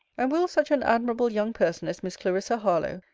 and will such an admirable young person as miss clarissa harlowe,